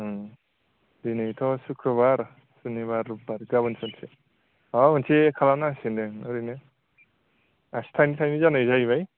ओं दिनैथ' सुक्र'बार सुनिबार रबिबार गाबोन सानसे माबा मोनसे खालाम नांसिगोन जों ओरैनो आसि थाइनै थाइनै जानाय जाहैबाय